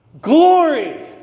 glory